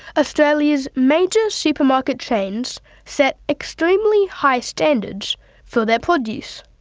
australia's major supermarket chains set extremely high standards for their produce.